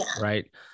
Right